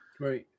Right